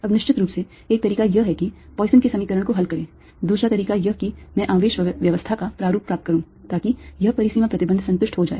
अब निश्चित रूप से एक तरीका यह है कि पॉइसन के समीकरण को हल करे दूसरा तरीका यह कि मैं आवेश व्यवस्था का प्रारूप प्राप्त करूं ताकि यह परिसीमा प्रतिबंध संतुष्ट हो जाए